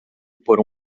por